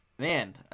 Man